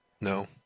No